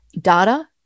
data